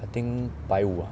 I think 百五 ah